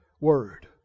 word